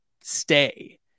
stay